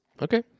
Okay